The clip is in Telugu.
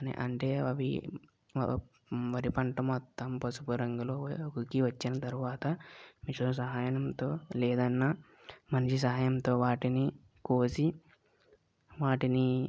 అంటే అవి వరి పంట మొత్తం పసుపు రంగులోకి వచ్చిన తరువాత మిషన్ సహాయంతో లేదన్న మనిషి సహాయంతో వాటిని కోసి వాటిని